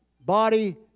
body